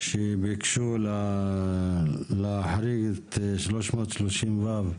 הם ביקשו להחריג את 330ו,